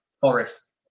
Forest